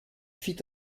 fit